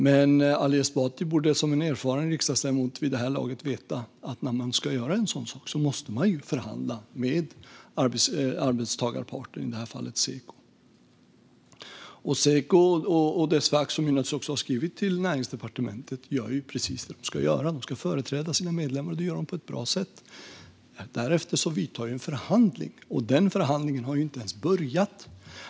Men Ali Esbati borde som erfaren riksdagsledamot vid det här laget veta att när man ska göra en sådan sak måste man förhandla med arbetstagarparten, i det här fallet Seko. Seko och dess fack, som naturligtvis också har skrivit till Näringsdepartementet, gör precis vad de ska göra: De ska företräda sina medlemmar, och det gör de på ett bra sätt. Därefter vidtar en förhandling, och den förhandlingen har inte ens börjat.